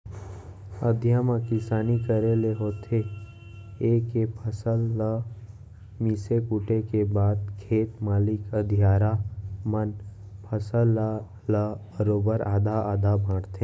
अधिया म किसानी करे ले होथे ए के फसल ल मिसे कूटे के बाद खेत मालिक अधियारा मन फसल ल ल बरोबर आधा आधा बांटथें